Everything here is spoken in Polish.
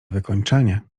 wykończenie